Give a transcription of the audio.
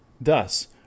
Thus